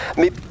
mais